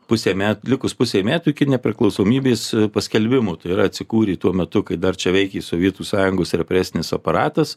pusę metų likus pusei metų iki nepriklausomybės paskelbimo ir atsikūrė tuo metu kai dar čia veikė sovietų sąjungos represinis aparatas